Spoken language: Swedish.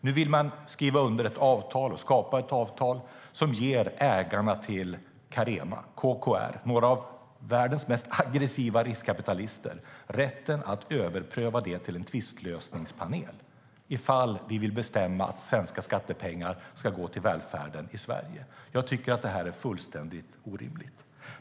Nu vill man skapa och skriva under ett avtal som ger ägarna till Carema - KKR, några av världens mest aggressiva riskkapitalister - rätten att få det överprövat av en tvistlösningspanel ifall vi vill bestämma att svenska skattepengar ska gå till välfärden i Sverige. Jag tycker att det är fullständigt orimligt.